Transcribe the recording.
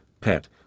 PET